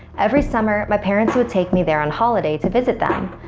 every summer my parents would take me there on holiday to visit them.